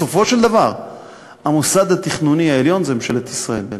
בסופו של דבר המוסד התכנוני העליון זה ממשלת ישראל.